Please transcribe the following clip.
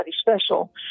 special